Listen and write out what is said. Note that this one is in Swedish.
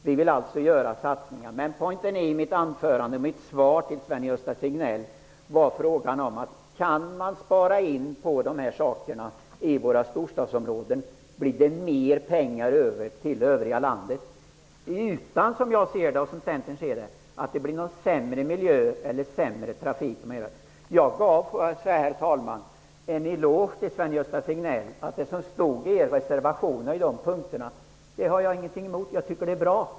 Vi vill alltså göra satsningar. Pointen i mitt svar till Sven-Gösta Signell var: Kan man spara in på satsningarna i våra storstadsområden, blir det mer pengar över till övriga landet, utan att det -- som jag ser det och som Centern ser det -- blir någon sämre miljö eller sämre trafik. Jag gav, herr talman, en eloge till Sven-Gösta Signell. Det som står i Socialdemokraternas reservation på de punkterna har jag ingenting emot. Jag tycker att det är bra.